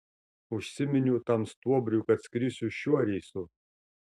užsiminiau tam stuobriui kad skrisiu šiuo reisu